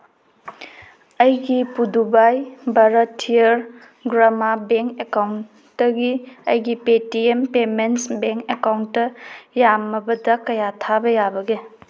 ꯑꯩꯒꯤ ꯄꯨꯗꯨꯕꯥꯏ ꯚꯥꯔꯠꯊꯤꯌꯔ ꯒ꯭ꯔꯃꯥ ꯕꯦꯡ ꯑꯦꯀꯥꯎꯟꯗꯒꯤ ꯑꯩꯒꯤ ꯄꯦꯇꯤꯌꯦꯝ ꯄꯦꯃꯦꯟꯁ ꯕꯦꯡ ꯑꯦꯀꯥꯎꯟꯗ ꯌꯥꯝꯃꯕꯗ ꯀꯌꯥ ꯊꯥꯕ ꯌꯥꯕꯒꯦ